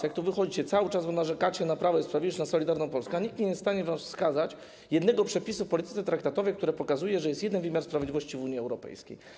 Jak tu wychodzicie, cały czas narzekacie na Prawo i Sprawiedliwość, na Solidarną Polskę, a nikt z was nie jest w stanie wskazać jednego przepisu w polityce traktatowej, który pokazuje, że jest jeden wymiar sprawiedliwości w Unii Europejskiej.